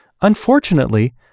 Unfortunately